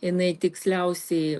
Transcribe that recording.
jinai tiksliausiai